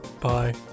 Bye